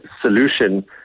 solution